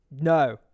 No